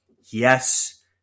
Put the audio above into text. Yes